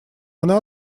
она